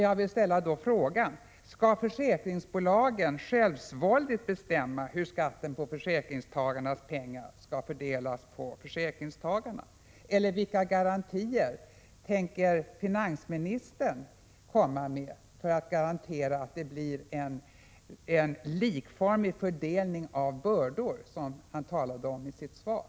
Jag vill då fråga: Skall försäkringsbolagen självsvåldigt bestämma hur skatten på försäkringstagarnas pengar skall fördelas på de olika försäkringstagarna? Eller vilka garantier tänker finansministern ge för att det blir en likformig fördelning av bördor, som han talade om i sitt svar?